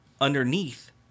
underneath